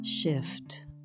shift